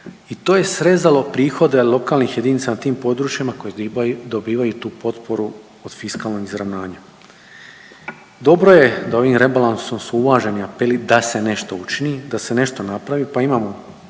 i to je srezalo prihode lokalnih jedinica na tim područjima koji dobivaju tu potporu od fiskalnog izravnanja. Dobro je da ovim rebalansom su uvaženi apeli da se nešto učini, da se nešto napravi pa imamo